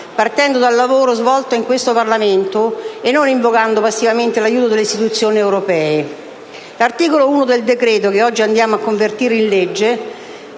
partendo dal lavoro svolto in questo Parlamento e non invocando passivamente l’aiuto delle istituzioni europee. All’articolo 1 del decreto che oggi andiamo a convertire in legge